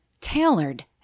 tailored